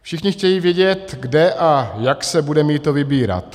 Všichni chtějí vědět, kde a jak se bude mýto vybírat.